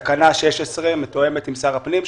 תקנה 16 מתואמת עם שר הפנים,